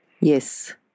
Yes